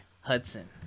Hudson